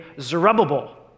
Zerubbabel